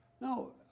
no